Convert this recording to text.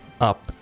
up